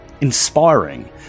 Inspiring